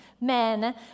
men